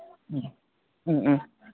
ꯎꯝ ꯎꯝ ꯎꯝ